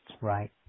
right